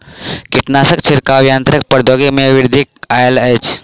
कीटनाशक छिड़काव यन्त्रक प्रौद्योगिकी में वृद्धि आयल अछि